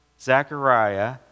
Zechariah